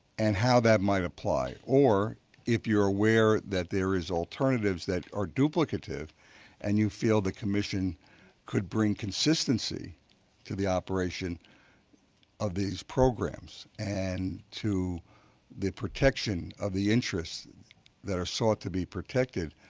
and how that might apply. or if you are aware that there is alternatives that are duplicative and you feel the commission could bring consistency to the operation of these programs. and to the protection of the interests that are sought to be protected,